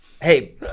Hey